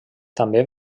també